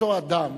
שאותו אדם